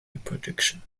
reproduction